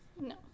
No